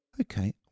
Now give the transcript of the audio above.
okay